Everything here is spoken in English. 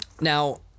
Now